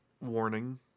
warning